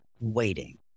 waiting